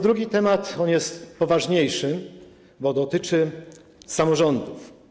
Drugi temat jest poważniejszy, bo dotyczy samorządów.